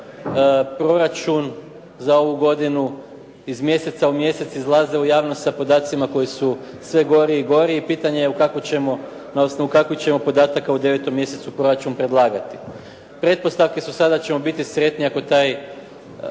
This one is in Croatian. proračun za ovu godinu iz mjeseca u mjesec izlaze u javnost sa podacima koji su sve gori i gori i pitanje je na osnovu kakvih ćemo podataka u 9 mjesecu proračun predlagati. Pretpostavke su sada ćemo biti sretni ako taj